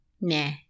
Nah